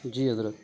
جی حضرت